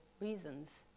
reasons